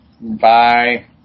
Bye